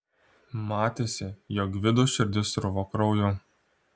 matėsi jog gvido širdis sruvo krauju